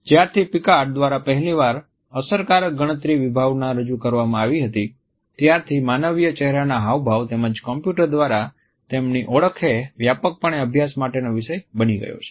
જ્યારથી પિકાર્ડ દ્વારા પહેલી વાર અસરકારક ગણતરી વિભાવના રજૂ કરવામાં આવી હતી ત્યારથી માનવીય ચહેરાના હાવભાવ તેમજ કમ્પ્યુટર દ્વારા તેમની ઓળખએ વ્યાપકપણે અભ્યાસ માટેનો વિષય બની ગયો છે